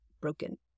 broken